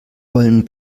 wollen